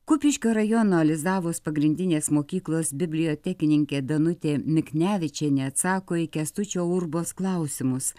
kupiškio rajono alizavos pagrindinės mokyklos bibliotekininkė danutė miknevičienė atsako į kęstučio urbos klausimus